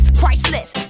priceless